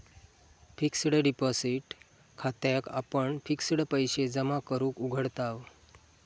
fixed deposit खात्याक आपण fixed पैशे जमा करूक उघडताव